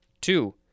Two